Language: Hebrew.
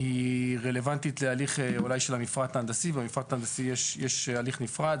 היא רלוונטית להליך אולי של המפרט ההנדסי ולמפרט ההנדסי יש הליך נפרד,